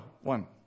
One